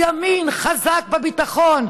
הימין חזק בביטחון.